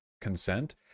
consent